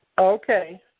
Okay